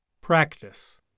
Practice